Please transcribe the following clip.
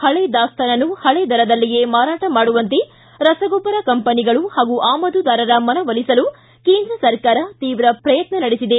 ಪಳೆ ದಾಸ್ತಾನನ್ನು ಪಳೆ ದರದಲ್ಲಿಯೇ ಮಾರಾಟ ಮಾಡುವಂತೆ ರಸಗೊಬ್ಬರ ಕಂಪನಿಗಳು ಹಾಗೂ ಆಮದುದಾರರ ಮನ ಒಲಿಸಲು ಕೇಂದ್ರ ಸರ್ಕಾರ ತೀವ್ರ ಪ್ರಯತ್ನ ನಡೆಸಿದೆ